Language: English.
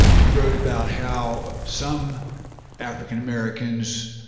you wrote about how some african-americans,